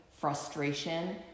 frustration